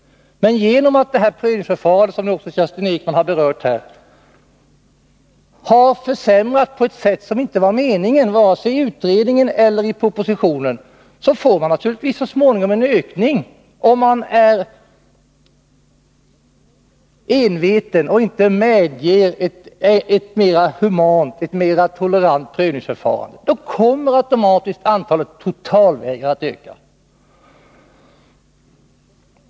Men genom att prövningsförfarandet, som Kerstin Ekman har berört här, har försämrats på ett sätt som inte var meningen, vare sig i utredningen eller i propositionen, får man naturligtvis så småningom en ökning. Om man är enveten och inte medger ett mera tolerant prövningsförfarande, kommer automatiskt antalet totalvägrare att öka.